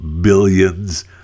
billions